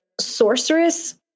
sorceress